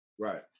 Right